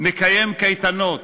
מקיים קייטנות.